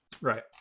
Right